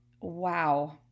wow